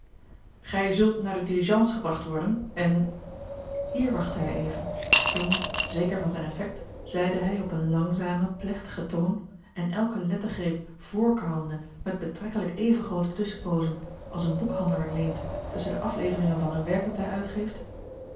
gij zult naar de diligence gebragt worden en hier wachtte hij even toen zeker van zijn effect zeide hij op een langzamen plegtigen toon en elke lettergreep voorkaauwende met betrekkelijk even groote tusschenpoozen als een boekhandelaar neemt tusschen de afleveringen van een werk dat hij uitgeeft